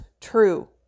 true